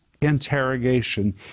interrogation